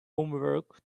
homework